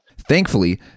Thankfully